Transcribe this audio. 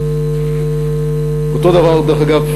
דרך אגב,